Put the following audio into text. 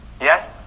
Yes